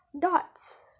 dots